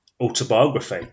autobiography